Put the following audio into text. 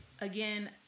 again